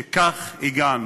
שלכך הגענו.